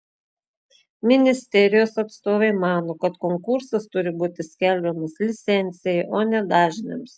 ministerijos atstovai mano kad konkursas turi būti skelbiamas licencijai o ne dažniams